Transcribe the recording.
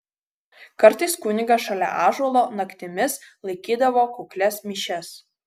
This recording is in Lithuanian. kartais kunigas šalia ąžuolo naktimis laikydavo kuklias mišias